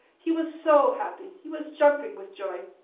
he was so happy he was jumping with joy.